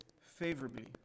favorably